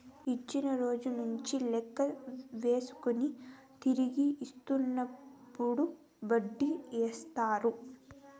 ఇచ్చిన రోజు నుంచి లెక్క వేసుకొని తిరిగి తీసుకునేటప్పుడు వడ్డీ ఏత్తారు